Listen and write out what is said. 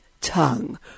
tongue